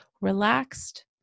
relaxed